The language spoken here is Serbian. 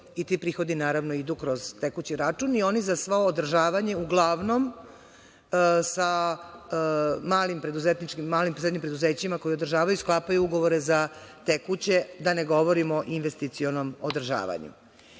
i ti prihodi, naravno, idu kroz tekući račun i oni za sva održavanja, uglavnom, sa malim i srednjim preduzećima, koji održavaju i sklapaju ugovore za tekuće, da ne govorimo, investicionom održavanju. Kada